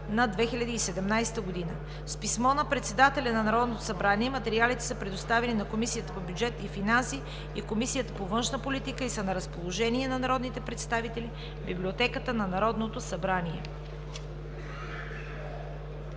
на 2017 г. С писмо на Председателя на Народното събрание материалите са предоставени на Комисията по бюджет и финанси и Комисията по външна политика и са на разположение на народните представители в Библиотеката на Народното събрание.